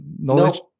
knowledge